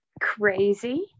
Crazy